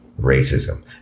racism